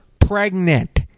pregnant